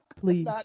Please